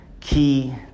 key